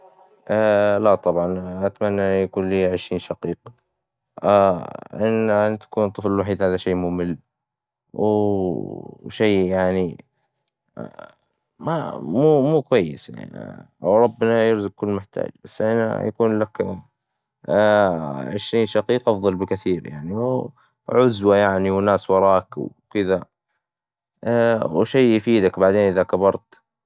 لا طبعاً، أتمنى يكون لي عشرين شقيق، ان تكون الطفل الوحيد هذا شي ممل, و شي يعني، ما- مو موكويس يعني وربنا يرزق كل محتاج، بس ان يكون لك عشرين شقيق أفظل بكثير يعني، وعزوة يعني وناس وراك وكذا، وشي يفيدك بعدين إذا كبرت.